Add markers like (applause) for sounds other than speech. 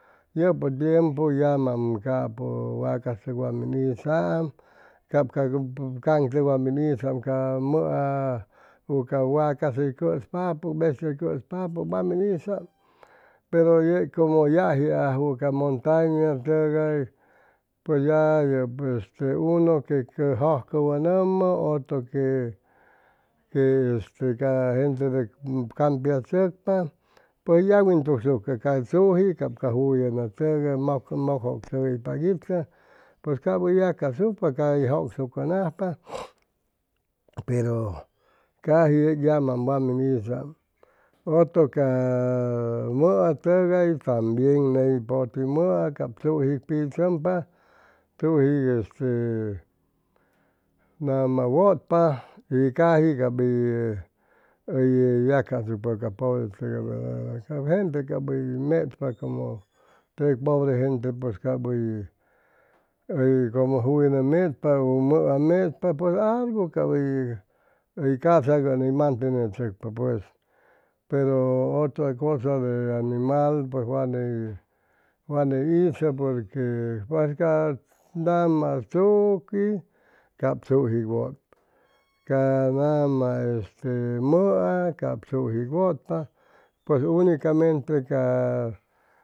Yʉpʉ tiempu yamam capʉ wacastʉg wa min hizam cap ca aŋ tw wa min hizam ca mʉa u ca wacas hʉy cʉspapʉ bestia hʉy cʉspapʉ wa in hizam pero yeg como yajiajwʉ ca montaña tʉgay pues ya yʉp este une que jʉjcʉwʉnʉmʉ otro que que este ca gente de campiachʉcpa pues yagwintugsucʉ ca tzuji cap ca juyʉnʉtʉgay mʉk mʉkjʉp tʉgʉypa itʉ pues cap hʉy yacasucpa caji hʉy jʉcsucʉnajpa pero caji (hesitation) yamam wa min hizam otro ca mʉa tʉgay tambien ney poti mʉa cap tzuji pichʉmpa tzuji este nama wʉtpa y caji cap hʉy hʉy yacasucpa ca pobetʉgay gente cap hʉy mechpa como teg pobre gente pues cap hʉy hʉy como juyʉnʉ mechpa ʉ mʉa mechpa pues algu cap hʉy hʉy casaŋ ʉni mantenechʉcpa pues pero otra cosa de animal pues wat ney wa ni hizʉ porque pues ca naa tzuquin cap tzuji wʉtpa ca nama este mʉa cap tzuji wʉtpa unicamente ca